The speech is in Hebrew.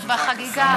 בחגיגה.